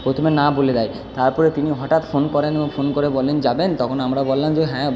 প্রথমে না বলে দেয় তারপরে তিনি হটাৎ ফোন করেন এবং ফোন করে বলেন যাবেন তখন আমরা বললাম যে হ্যাঁ